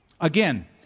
Again